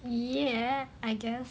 ya I guess